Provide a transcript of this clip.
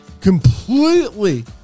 completely